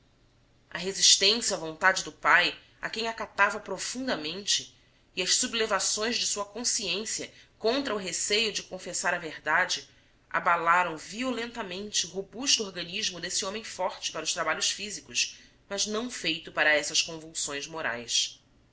a resistência à vontade do pai a quem acatava profundamente e as sublevações de sua consciência contra o receio de confessar a verdade abalaram violentamente o robusto organismo desse homem forte para os trabalhos físicos mas não feito para essas convulsões morais